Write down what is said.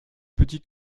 petit